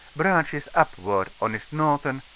branches upward on its northern,